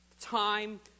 Time